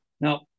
Now